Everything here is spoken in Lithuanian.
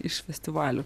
iš festivalių